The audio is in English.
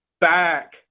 back